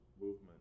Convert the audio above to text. movement